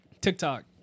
TikTok